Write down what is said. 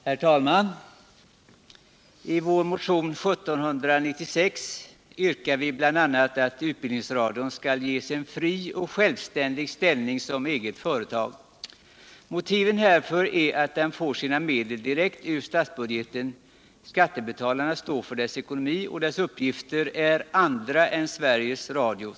Herr talman! I vår motion 1796 yrkar vi bl.a. att utbildningsradion skall ges en fri och självständig ställning som eget företag. Motiven härför är att utbildningsradion får sina medel direkt ur statsbudgeten, att skattebetalarna står för dess ekonomi och att dess uppgift är andra än Sveriges Radios.